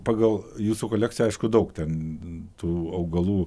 pagal jūsų kolekciją aišku daug ten tų augalų